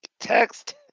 Text